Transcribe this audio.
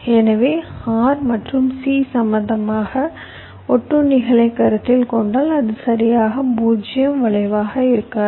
எனவே R மற்றும் C சம்பந்தமாக ஒட்டுண்ணிகளைக் கருத்தில் கொண்டால் அது சரியாக 0 வளைவாக இருக்காது